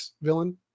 villain